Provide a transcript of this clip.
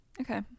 Okay